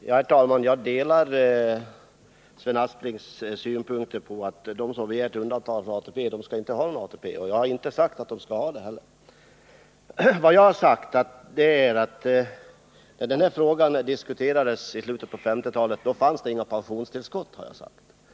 Herr talman! Jag delar Sven Asplings synpunkter på att de som begärt undantag från ATP inte skall ha någon ATP. Det har jag heller aldrig sagt att de skall ha. Vad jag har sagt är att när denna fråga diskuterades i slutet på 1950-talet fanns det inga pensionstillskott.